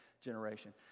generation